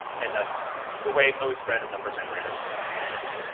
and that's the way most random number generators ultimately are working.